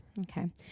Okay